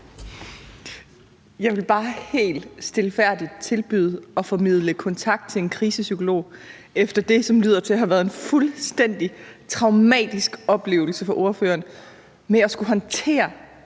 Jeg vil bare helt stilfærdigt tilbyde at formidle kontakt til en krisepsykolog efter det, som lyder til at have været en fuldstændig traumatisk oplevelse for ordføreren med at skulle håndtere